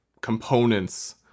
components